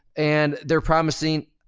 and they're promising,